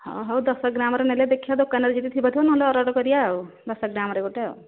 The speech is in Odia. ହଁ ହଉ ଦଶ ଗ୍ରାମ୍ରେ ନେଲେ ଦେଖିବା ଦୋକାନରେ ଯଦି ଥିବ ଥିବ ନହେଲେ ଅର୍ଡର୍ କରିବା ଆଉ ଦଶ ଗ୍ରାମ୍ରେ ଗୋଟେ ଆଉ